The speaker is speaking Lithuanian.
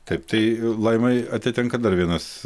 taip tai laimai atitenka dar vienas